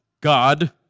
God